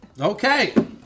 Okay